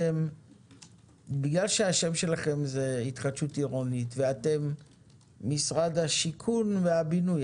בגלל שהשם שלכם זה "התחדשות עירונית" ואתם משרד השיכון והבינוי,